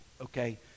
okay